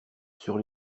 sur